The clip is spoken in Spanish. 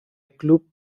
club